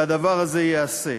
והדבר הזה ייעשה.